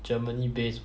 germany based